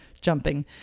jumping